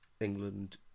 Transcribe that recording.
England